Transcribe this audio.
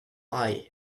eye